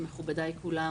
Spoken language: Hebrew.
מכובדיי כולם,